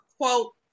quote